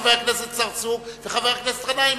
חבר הכנסת צרצור וחבר הכנסת גנאים,